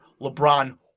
LeBron